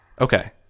Okay